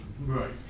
Right